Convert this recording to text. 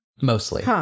Mostly